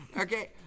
Okay